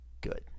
good